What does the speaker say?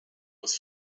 was